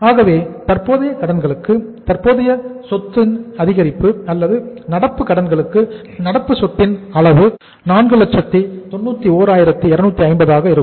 ஆகவே தற்போதைய கடன்களுக்கு தற்போதைய சொத்தின் அதிகரிப்பு அல்லது நடப்பு கடன்களுக்கு நடப்பு சொத்தின் அளவு 491250 ஆக இருக்கும்